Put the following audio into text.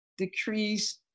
Decrease